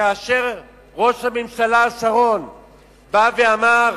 כאשר ראש הממשלה שרון אמר,